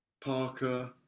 Parker